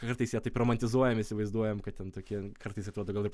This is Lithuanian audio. kartais jie taip romantizuojami įsivaizduojam kad ten tokie kartais atrodo gal ir